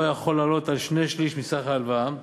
יכול לעלות על שני-שלישים מסך ההלוואה,